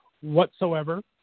whatsoever